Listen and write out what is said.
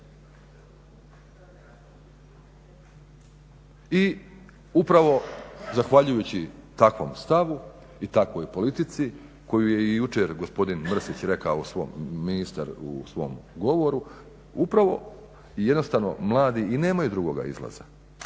I upravo zahvaljujući takvom stavu i takvoj politici koju je i jučer gospodin Mrsić, ministar u svom govoru upravo i jednostavno mladi i nemaju drugoga izlaza